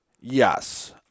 Yes